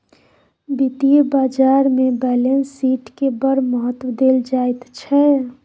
वित्तीय बाजारमे बैलेंस शीटकेँ बड़ महत्व देल जाइत छै